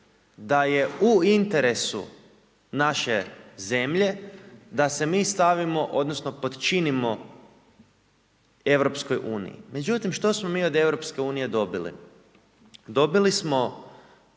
da je u interesu naše zemlje, da se mi stavimo, odnosno, podčinimo EU. Međutim, što smo mi od EU dobili? Dobili smo